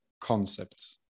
concepts